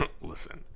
listen